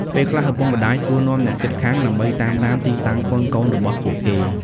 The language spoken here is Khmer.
ពេលខ្លះ ឪពុកម្តាយសួរនាំអ្នកជិតខាង ដើម្បីតាមដានទីតាំងកូនៗរបស់ពួកគេ។